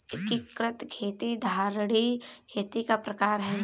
एकीकृत खेती धारणीय खेती का प्रकार है